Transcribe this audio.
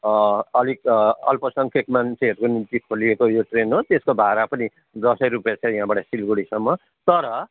अलिक अल्पसङ्ख्यक मान्छेहरूको निम्ति खोलिएको यो ट्रेन हो त्यसको भाडा पनि दसै रुपियाँ छ यहाँबाट सिलगढीसम्म तर